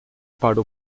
para